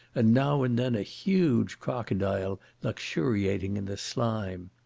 and now and then a huge crocodile luxuriating in the slime.